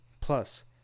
Plus